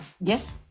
Yes